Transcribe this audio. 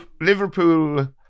Liverpool